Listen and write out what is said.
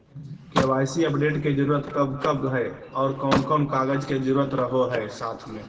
KYC update के जरूरत कब कब है और कौन कौन कागज के जरूरत रहो है साथ में?